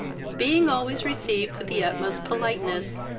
being always received with the utmost politeness,